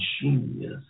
genius